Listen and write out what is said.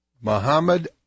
Muhammad